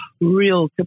real